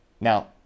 Now